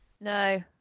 No